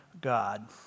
God